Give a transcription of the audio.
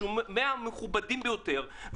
שהוא אחד האנשים המכובדים ביותר,